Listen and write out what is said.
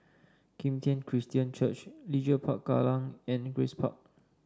Kim Tian Christian Church Leisure Park Kallang and Grace Park